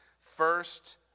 first